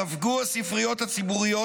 ספגו הספריות הציבוריות,